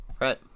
right